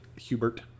Hubert